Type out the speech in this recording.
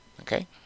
Okay